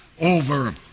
over